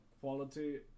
quality